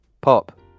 Pop